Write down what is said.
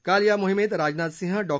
काल या मोहिमेत राजनाथ सिंह डॉ